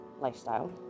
Lifestyle